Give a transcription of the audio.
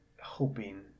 hoping